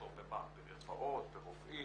מחסור במה: במרפאות, ברופאים,